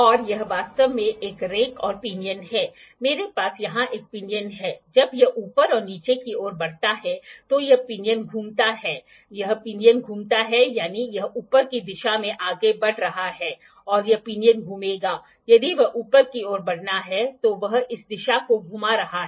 और यह वास्तव में एक रैक और पिनियन है मेरे पास यहां एक पिनियन है जब यह ऊपर और नीचे की ओर बढ़ता है तो यह पिनियन घूमता है यह पिनियन घूमता है यानी यह ऊपर की दिशा में आगे बढ़ रहा है यह पिनियन घूूमेगा यदि वह ऊपर की ओर बढ़ना है तो वह इस दिशा को घुमा रहा है